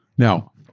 now,